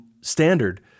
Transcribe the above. standard